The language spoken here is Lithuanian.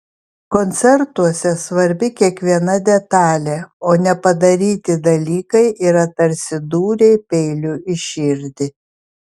koncertuose svarbi kiekviena detalė o nepadaryti dalykai yra tarsi dūriai peiliu į širdį